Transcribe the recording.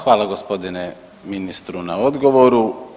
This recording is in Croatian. Hvala gospodinu ministru na odgovoru.